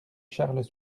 charles